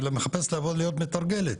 מחפשת להיות מתרגלת,